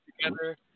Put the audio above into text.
together